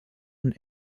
und